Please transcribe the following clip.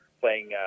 playing